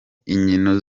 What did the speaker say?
inkino